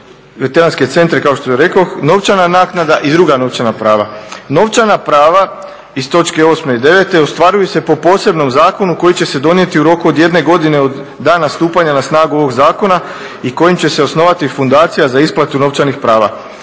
veteranske centra kao što rekoh, novčana naknada i druga novčana prava. Novčana prava iz točke 8. i 9. ostvaruju se po posebnom zakonu koji će se donijeti u roku od jedne godine od dana stupanja na snagu ovoga zakona i kojim će se osnovati fundacija za isplatu novčanih prava.